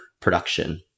production